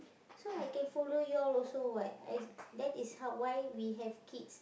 so I can follow you all also [what] I that is how why we have kids